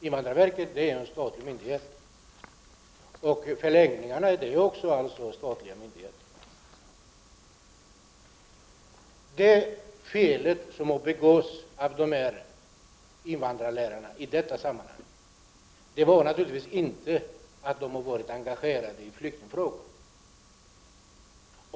Invandrarverket är en statlig myndighet, och förläggningarna är alltså även de statliga myndigheter. Felet som har begåtts av invandrarlärarna i detta sammanhang var naturligtvis inte att de varit engagerade i flyktingfrågor.